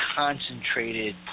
concentrated